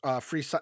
free